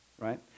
right